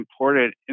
important